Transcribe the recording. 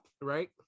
right